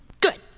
Good